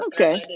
Okay